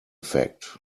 fact